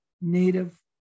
native